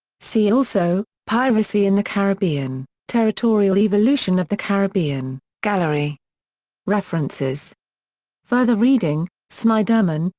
see also piracy in the caribbean territorial evolution of the caribbean gallery references further reading snyderman,